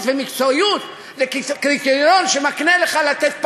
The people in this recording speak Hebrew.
ומקצועיות לקריטריון שמקנה לך לתת פחות.